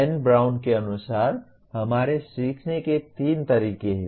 N Brown के अनुसार हमारे सीखने के तीन तरीके हैं